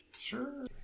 Sure